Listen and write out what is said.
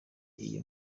iyi